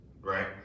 Right